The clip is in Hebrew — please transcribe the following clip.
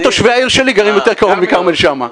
כל תושבי העיר שלי גרים יותר קרוב מכרמל שאמה.